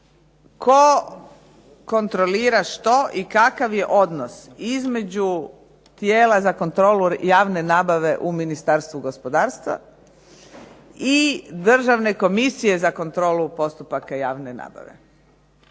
tko kontrolira što i kakav je odnos između tijela za kontrolu javne nabave u Ministarstvu gospodarstva i Državne komisije za kontrolu postupaka javne nabave?